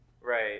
Right